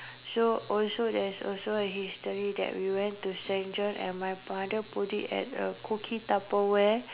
so also there's also a history that we went to Saint John and my father put it at a cookie tupperware